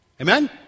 Amen